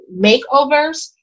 makeovers